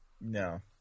No